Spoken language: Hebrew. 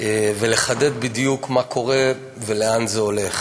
ולחדד בדיוק מה קורה ולאן זה הולך.